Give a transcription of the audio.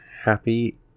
happy